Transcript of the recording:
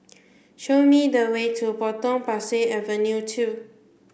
show me the way to Potong Pasir Avenue two